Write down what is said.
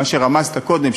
מה שרמזת קודם,